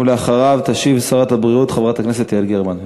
ואחריו תשיב שרת הבריאות, חברת הכנסת יעל גרמן.